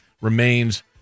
remains